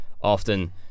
often